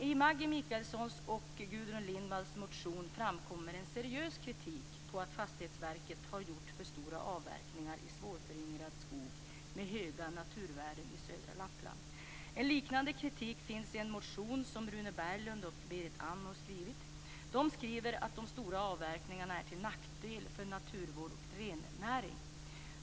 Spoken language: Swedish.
I Maggi Mikaelssons och Gudrun Lindvalls motion framkommer en seriös kritik mot att Fastighetsverket har gjort för stora avverkningar i svårföryngrad skog med höga naturvärden i södra Lappland. En liknande kritik finns i en motion som Rune Berglund och Berit Andnor har skrivit. De skriver att de stora avverkningarna är till nackdel för naturvård och rennäring.